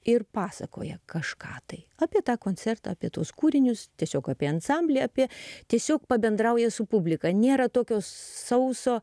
ir pasakoja kažką tai apie tą koncertą apie tuos kūrinius tiesiog apie ansamblį apie tiesiog pabendrauja su publika nėra tokios sauso